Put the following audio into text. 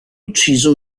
ucciso